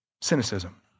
Cynicism